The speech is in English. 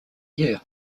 year